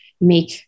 make